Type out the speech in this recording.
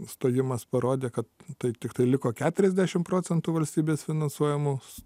stojimas parodė kad tai tiktai liko keturiasdešim procentų valstybės finansuojamų